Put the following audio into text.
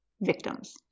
victims